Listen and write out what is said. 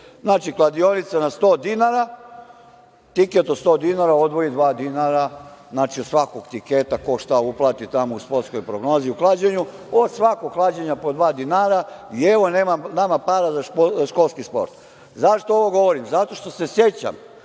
znači kladionica na sto dinara, tiket od sto dinara odvoji dva dinara od svakog tiketa, ko šta uplati tamo u sportskoj prognozi u klađenju, od svakog klađenja po dva dinara i evo nema nama para za školski sport.Zašto ovo govorim? Zato što se sećam